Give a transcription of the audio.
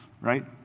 right